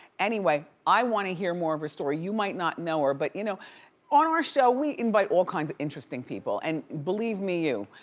anyway, i want to hear more of her story. you might not know her, but you know on our show we invite all kinds of interesting people, and believe me you.